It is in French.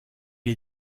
est